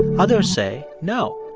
others say, no,